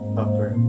upper